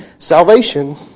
Salvation